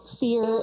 fear